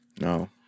No